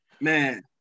Man